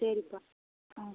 சரிப்பா ம்